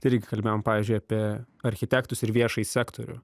tai irgi kalbėjom pavyzdžiui apie architektus ir viešąjį sektorių